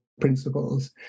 principles